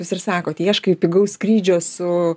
jūs ir sakot ieškai pigaus skrydžio su